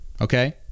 okay